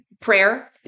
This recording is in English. prayer